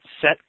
Set